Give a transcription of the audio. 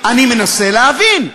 אני מנסה להבין.